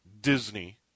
Disney